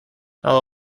all